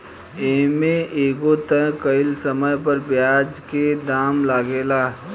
ए में एगो तय कइल समय पर ब्याज के दाम लागेला